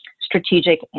strategic